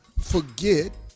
forget